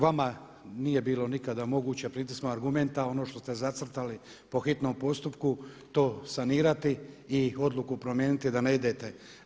Vama nije bilo nikada moguće pritiskom argumenta ono što ste zacrtali po hitnom postupku to sanirati i odluku promijeniti da ne idete.